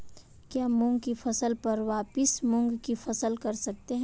क्या मूंग की फसल पर वापिस मूंग की फसल कर सकते हैं?